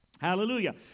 Hallelujah